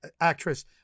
Actress